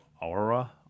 aura